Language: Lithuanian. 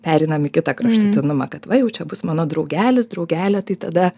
pereina į kitą kraštutinumą kad va jau čia bus mano draugelis draugelė tai tada